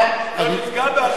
לא נפגע באחינו,